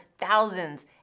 thousands